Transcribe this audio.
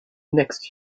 next